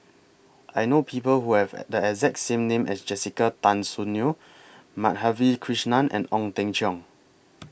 I know People Who Have The exact name as Jessica Tan Soon Neo Madhavi Krishnan and Ong Teng Cheong